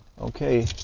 okay